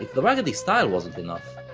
the raggedy style wasn't enough,